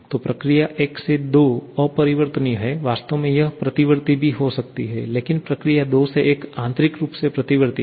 तो प्रक्रिया 1 से 2 अपरिवर्तनीय है वास्तव में यह प्रतिवर्ती भी हो सकती है लेकिन प्रक्रिया 2 से 1 आंतरिक रूप से प्रतिवर्ती है